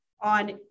on